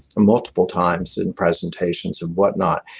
multiple times in presentations and whatnot.